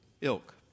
ilk